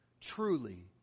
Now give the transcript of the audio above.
Truly